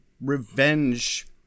revenge